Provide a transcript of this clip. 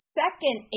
second